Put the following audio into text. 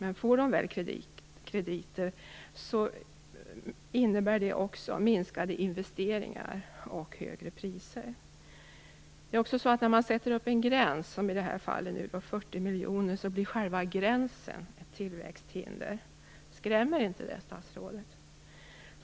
Om de väl får krediter innebär det också minskade investeringar och högre priser. När man sätter upp en gräns - som i det här fallet på 40 miljoner - blir själva gränsen ett tillväxthinder. Skrämmer inte det statsrådet?